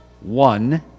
one